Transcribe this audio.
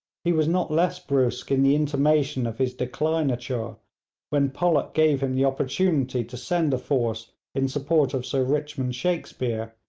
he was not less brusque in the intimation of his declinature when pollock gave him the opportunity to send a force in support of sir richmond shakespear,